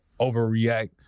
overreact